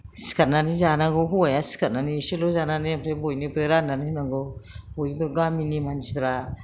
सिखारनानै जानांगौ हौवाया सिखारनानै एसेल' जानानै ओमफ्राय बयनोबो राननानै होनांगौ बयबो गामिनि मानसिफ्रा